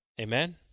Amen